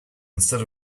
instead